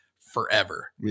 forever